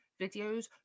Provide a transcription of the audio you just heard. videos